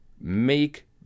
make